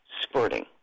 sporting